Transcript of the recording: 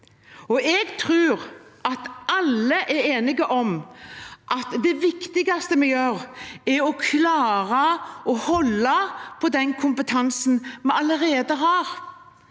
Jeg tror at alle er enige om at det viktigste vi gjør, er å klare å holde på den kompetansen vi allerede har.